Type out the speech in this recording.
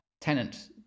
tenant